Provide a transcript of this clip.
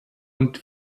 und